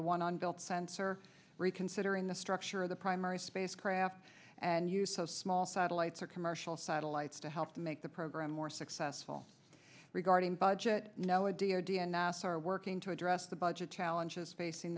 the one on built sensor reconsidering the structure of the primary spacecraft and you so small satellites are commercial satellites to help make the program more successful regarding budget no idea d n a s are working to address the budget challenges facing